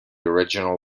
original